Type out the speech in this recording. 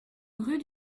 rue